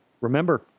Remember